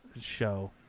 show